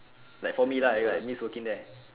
like for me lah like like miss working there